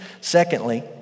Secondly